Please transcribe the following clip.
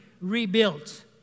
rebuilt